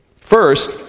First